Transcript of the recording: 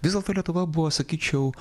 vis dėlto lietuva buvo sakyčiau